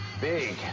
Big